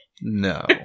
No